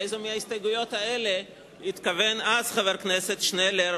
לאיזו מההסתייגויות האלה התכוון אז חבר הכנסת שנלר.